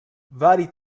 vari